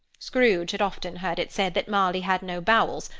scrooge had often heard it said that marley had no bowels,